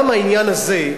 גם העניין הזה,